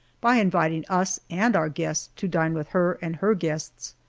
by inviting us and our guest to dine with her and her guests.